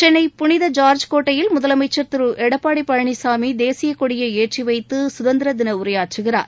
சென்னை புனித ஜார்ஜ் கோட்டையில் முதலமைச்சர் திரு எடப்பாடி பழனிசாமி தேசிய கொடியை ஏற்றிவைத்து சுதந்திர தின உரையாற்றுகிறார்